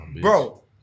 Bro